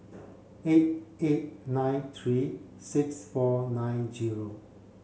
eight eight nine three six four nine zero